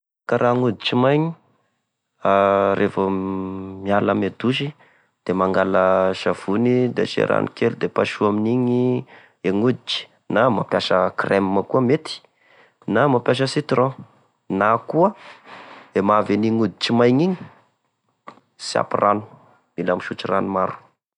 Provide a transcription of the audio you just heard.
Gne fikarakara hoditry mainy rehefa miala ame douche: de mangala savony da asia ranokely da pasoa amin'igny e gn'hoditry, na mapiasa creme koa mety! Na mapiasa citron na koa mahavy en'igny hoditry mainy igny sy ampy rano! Mila misotro rano maro.